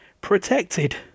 protected